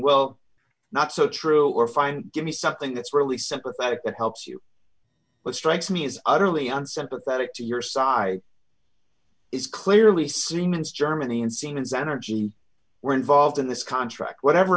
well not so true or fine give me something that's really sympathetic that helps you but strikes me as utterly unsympathetic to your side it's clearly siemens germany and siemens energy were involved in this contract whatever